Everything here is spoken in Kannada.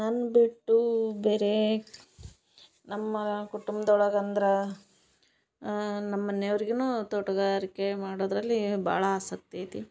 ನನ್ನ ಬಿಟ್ಟು ಬೇರೆ ನಮ್ಮ ಕುಟುಂಬ್ದೊಳಗೆ ಅಂದರಾ ನಮ್ಮ ಮನೆಯವರಿಗೂನು ತೋಟುಗಾರಿಕೆ ಮಾಡದ್ರಲ್ಲಿ ಭಾಳ ಆಸಕ್ತಿ ಐತಿ